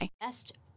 Best